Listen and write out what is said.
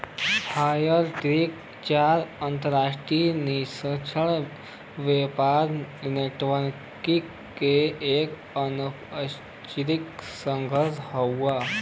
fair trade चार अंतरराष्ट्रीय निष्पक्ष व्यापार नेटवर्क क एक अनौपचारिक संघ हउवे